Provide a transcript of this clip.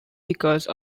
because